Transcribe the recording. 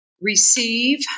receive